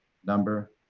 number,